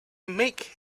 make